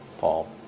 Paul